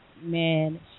man